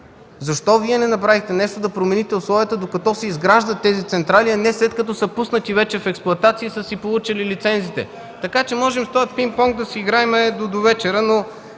Защо Вие не направихте нещо да промените условията докато се изграждат тези централи, а не след като са пуснати вече в експлоатация и са си получили лицензиите? Така че с този пинк понк можем да си играем до довечера, но